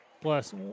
Plus